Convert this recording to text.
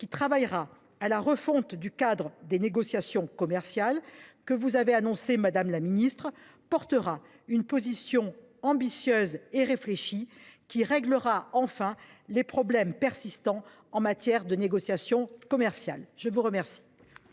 qui travaillera à la refonte du cadre des négociations commerciales que vous venez d’annoncer promouvra une position ambitieuse et réfléchie, qui règle enfin les problèmes persistant en matière de négociations commerciales. La parole